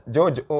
George